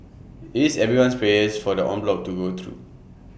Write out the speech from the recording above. IT is everyone's prayers for the en bloc to go through